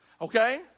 Okay